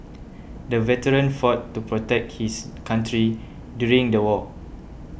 the veteran fought to protect his country during the war